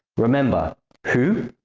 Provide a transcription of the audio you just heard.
remember who,